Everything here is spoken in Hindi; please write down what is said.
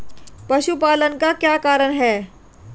पशुपालन का क्या कारण है?